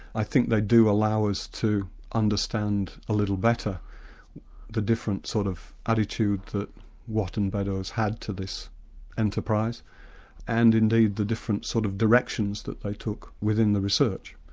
i think they do allow us to understand a little better the different sort of attitude that watt and beddoes had to this enterprise and indeed the different sort of directions that they took within the research.